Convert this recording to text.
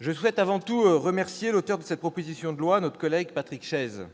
je souhaite avant tout remercier l'auteur de cette proposition de loi, notre collègue Patrick Chaize.